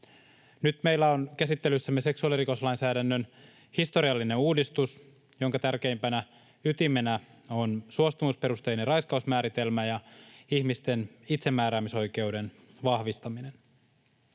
Nyt meillä on käsittelyssämme seksuaalirikoslainsäädännön historiallinen uudistus, jonka tärkeimpänä ytimenä on suostumusperusteinen raiskausmääritelmä ja ihmisten itsemääräämisoikeuden vahvistaminen.